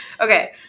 Okay